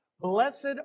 Blessed